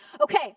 okay